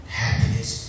happiness